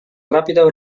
ràpida